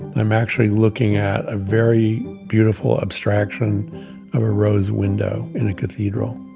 i'm actually looking at a very beautiful abstraction of a rose window in a cathedral.